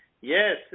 Yes